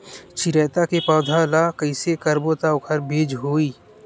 चिरैता के पौधा ल कइसे करबो त ओखर बीज होई?